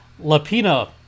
Lapina